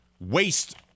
waste